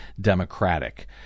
Democratic